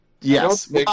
yes